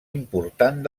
important